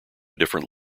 different